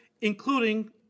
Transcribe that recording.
including